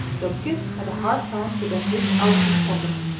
though kit had a hard time to get his out of his pocket.